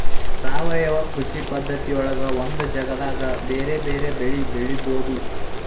ಸಾವಯವ ಕೃಷಿ ಪದ್ಧತಿಯೊಳಗ ಒಂದ ಜಗದಾಗ ಬೇರೆ ಬೇರೆ ಬೆಳಿ ಬೆಳಿಬೊದು